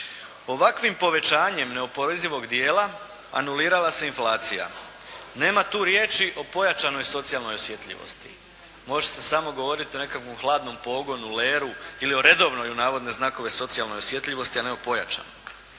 Ovakvim povećanjem neoporezivog dijela anulirala se inflacija. Nema tu riječi o pojačanoj socijalnoj osjetljivosti. Može se samo govoriti o nekakvom hladnom pogonu u Leru ili o redovnoj u navodne znakove socijalne osjetljivosti a ne o pojačanoj.